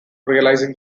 realizing